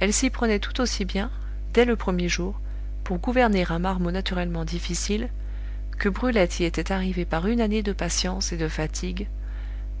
elle s'y prenait tout aussi bien dès le premier jour pour gouverner un marmot naturellement difficile que brulette y était arrivée par une année de patience et de fatigue